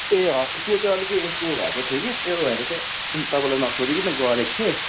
ए ह त्यो त अलिकति यस्तो भएको थियो कि त्यो तपाईँलाई नसोधिकिन गरेको थिएँ